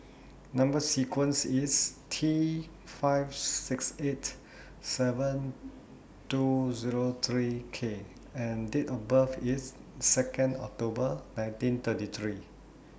Number sequence IS T five six eight seven two Zero three K and Date of birth IS Second October nineteen thirty three